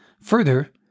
Further